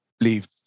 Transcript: leave